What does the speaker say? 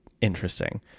interesting